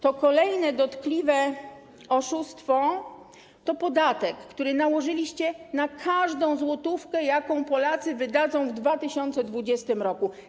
To kolejne dotkliwe oszustwo to podatek, który nałożyliście na każdą złotówkę, jaką Polacy wydadzą w 2020 r.